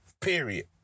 period